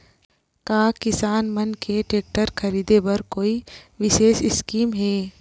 का किसान मन के टेक्टर ख़रीदे बर कोई विशेष स्कीम हे?